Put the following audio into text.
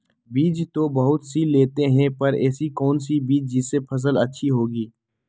बीज तो बहुत सी लेते हैं पर ऐसी कौन सी बिज जिससे फसल अच्छी होगी?